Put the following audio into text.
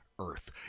earth